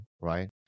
right